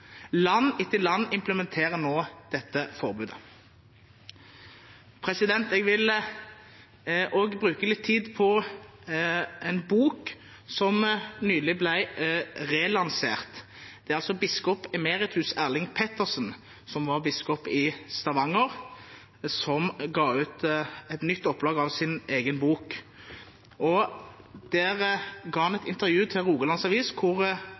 Land etter land implementerer nå dette forbudet. Jeg vil også bruke litt tid på en bok som nylig ble relansert. Det er biskop emeritus Erling Pettersen, som var biskop i Stavanger, som ga ut et nytt opplag av sin bok. Da ga han intervju til Rogalands Avis, hvor